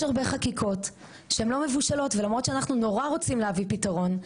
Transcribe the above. יש הרבה חקיקות שהן לא מבושלות ולמרות שאנחנו נורא רוצים להביא פתרון,